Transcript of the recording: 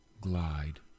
glide